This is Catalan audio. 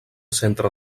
centre